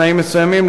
בתנאים מסוימים,